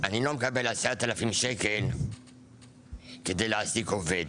אני לא מקבל 10,000 שקלים כדי להעסיק עובד,